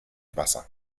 wasser